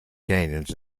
canyons